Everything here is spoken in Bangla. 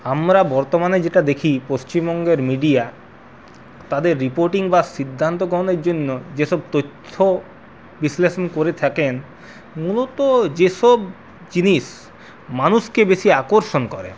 আমরা বর্তমানে যেটা দেখি পশ্চিমবঙ্গের মিডিয়া তাদের রিপোর্টিং বা সিদ্ধান্ত গ্রহণের জন্য যেসব তথ্য বিশ্লেষণ করে থাকেন মূলত যেসব জিনিস মানুষকে বেশি আকর্ষণ করে